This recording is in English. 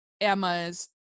Emma's